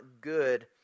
good